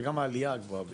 וגם העלייה הגבוהה ביותר.